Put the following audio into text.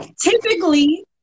Typically